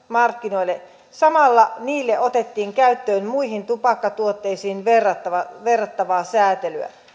markkinoille samalla niille otettiin käyttöön muihin tupakkatuotteisiin verrattavaa verrattavaa säätelyä